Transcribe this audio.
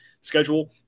schedule